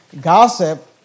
gossip